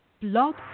Blog